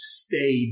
stay